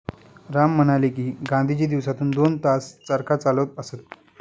राम म्हणाले की, गांधीजी दिवसातून दोन तास चरखा चालवत असत